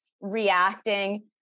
reacting